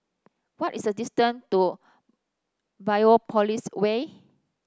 what is the distance to Biopolis Way